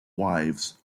wives